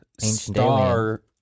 star